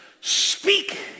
speak